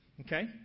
Okay